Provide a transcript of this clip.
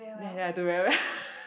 then in the end I do very bad